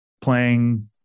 playing